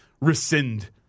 rescind